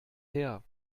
her